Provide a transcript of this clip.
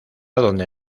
donde